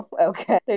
Okay